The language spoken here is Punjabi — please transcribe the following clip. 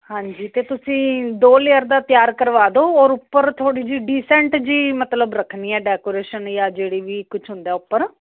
ਹਾਂਜੀ ਅਤੇ ਤੁਸੀਂ ਦਿਓ ਲੇਅਰ ਦਾ ਤਿਆਰ ਕਰਵਾ ਦਿਓ ਔਰ ਉੱਪਰ ਥੋੜ੍ਹੀ ਜਿਹੀ ਡੀਸੈਂਟ ਜੀ ਮਤਲਬ ਰੱਖਣੀ ਹੈ ਡੈਕੋਰੇਸ਼ਨ ਜਾਂ ਜਿਹੜੀ ਵੀ ਕੁਛ ਹੁੰਦਾ ਉੱਪਰ